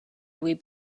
võib